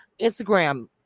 Instagram